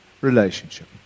relationship